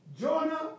Jonah